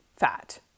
Fat